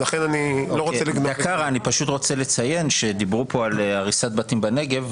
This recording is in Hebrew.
אני פשוט רוצה לציין שדיברו פה על הריסת בתים בנגב,